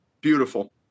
beautiful